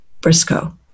Briscoe